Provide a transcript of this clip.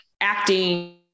acting